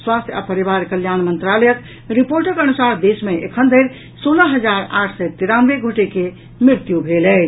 स्वास्थ्य आ परिवार कल्याण मंत्रालयक रिपोर्टक अनुसार देश मे एखन धरि सोलह हजार आठ सय तेरानवे गोटे के मृत्यु भेल अछि